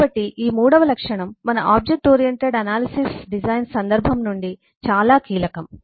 కాబట్టి ఈ మూడవ లక్షణం మన ఆబ్జెక్ట్ ఓరియెంటెడ్ అనాలిసిస్ డిజైన్ సందర్భం నుండి చాలా కీలకం